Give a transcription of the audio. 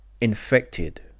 infected